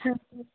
हाँ सर